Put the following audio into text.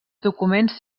documents